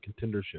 contendership